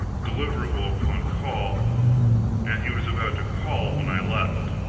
deliverable upon call and he was about to call when i left.